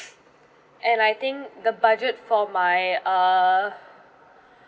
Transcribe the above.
and I think the budget for my err